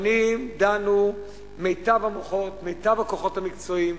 שנים דנו מיטב המוחות, מיטב הכוחות המקצועיים.